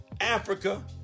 Africa